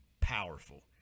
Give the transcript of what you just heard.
powerful